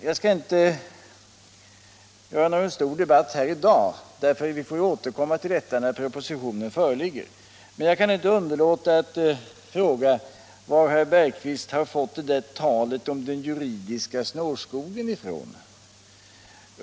Jag skall inte starta någon stor debatt i dag, utan vi får återkomma när propositionen i frågan föreligger. Jag kan dock inte underlåta att fråga var herr Bergqvist har fått det där talet om den juridiska snårskogen ifrån.